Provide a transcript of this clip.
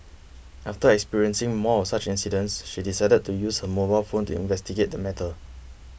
after experiencing more of such incidents she decided to use her mobile phone to investigate the matter